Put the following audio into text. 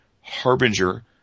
Harbinger